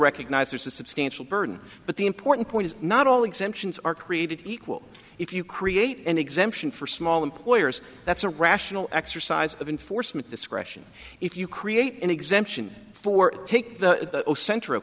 recognise there's a substantial burden but the important point is not all exemptions are created equal if you create an exemption for small employers that's a rational exercise of enforcement discretion if you create an exemption for take the central